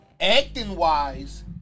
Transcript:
acting-wise